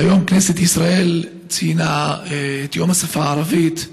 היום כנסת ישראל ציינה את יום השפה הערבית.